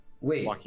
Wait